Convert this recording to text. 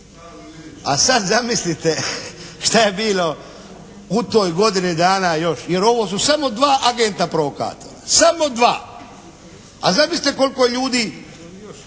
a sad zamislite šta je bilo u toj godini dana još jer ovo su samo dva agenta provokatora. Samo dva. A zamislite koliko ljudi,